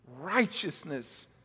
righteousness